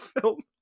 film